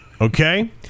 Okay